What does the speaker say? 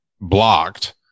blocked